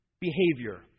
behavior